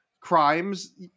crimes